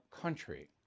country